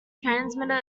transmitter